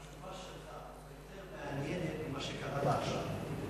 התשובה שלך יותר מעניינת ממה שקראת עכשיו.